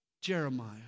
Jeremiah